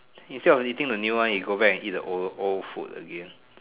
instead of eating the new one it go back and eat the old food again